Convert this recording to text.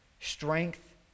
strength